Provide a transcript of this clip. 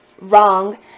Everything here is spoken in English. wrong